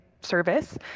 service